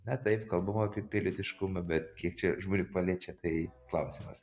na taip kalbama apie pilietiškumą bet kiek čia žmonių paliečia tai klausimas